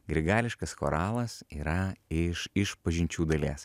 grigališkas choralas yra iš išpažinčių dalies